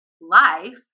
life